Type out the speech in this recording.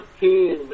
team